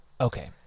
Okay